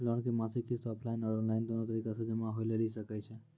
Loan के मासिक किस्त ऑफलाइन और ऑनलाइन दोनो तरीका से जमा होय लेली सकै छै?